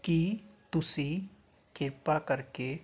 ਕੀ ਤੁਸੀਂ ਕਿਰਪਾ ਕਰਕੇ